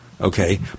okay